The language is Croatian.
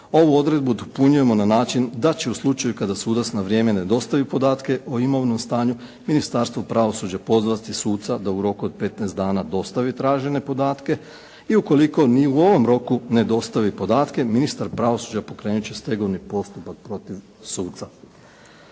ovu odredbu upotpunjujemo na način da će u slučaju kada sudac na vrijeme ne dostavi podatke o imovnom stanju Ministarstvo pravosuđa pozvati suca da u roku od 15 dana dostavi tražene podatke i ukoliko ni u ovom roku ne dostavi podatke ministar pravosuđa pokrenut će stegovni postupak protiv suca.